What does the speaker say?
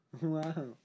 wow